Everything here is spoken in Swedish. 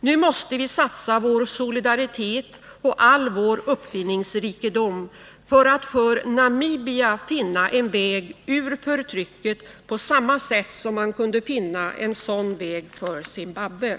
Nu måste vi satsa vår solidaritet och all vår uppfinningsrikedom för att finna en väg för Namibia ur förtrycket på samma sätt som man kunde finna en sådan väg för Zimbabwe.